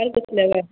आओर किछु लेबै